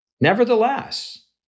Nevertheless